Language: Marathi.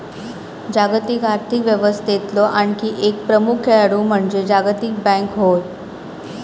जागतिक आर्थिक व्यवस्थेतलो आणखी एक प्रमुख खेळाडू म्हणजे जागतिक बँक होय